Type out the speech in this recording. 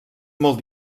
molt